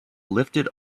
lifted